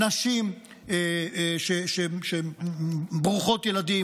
נשים שהן ברוכות ילדים,